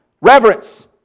reverence